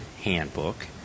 handbook